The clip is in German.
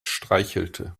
streichelte